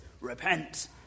Repent